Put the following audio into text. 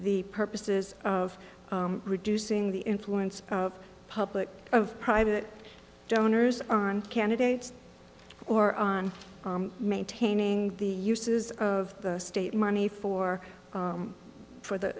the purposes of reducing the influence of public of private donors on candidates or on maintaining the uses of state money for for the